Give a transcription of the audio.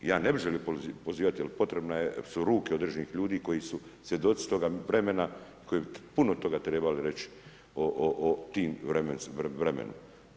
Ja ne bi želio pozivati ali potrebne su ruke određenih ljudi koji su svjedoci toga vremena, koji bi puno toga trebali reći o tom vremenu.